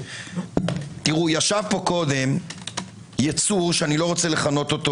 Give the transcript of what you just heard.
יש פה קודם יצור שאיני רוצה לכנות אותו